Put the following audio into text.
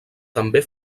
també